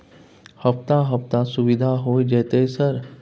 हफ्ता हफ्ता सुविधा होय जयते सर?